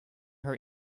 her